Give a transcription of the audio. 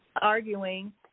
arguing